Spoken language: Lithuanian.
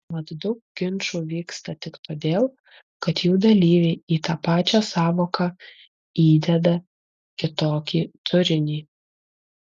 mat daug ginčų vyksta tik todėl kad jų dalyviai į tą pačią sąvoką įdeda kitokį turinį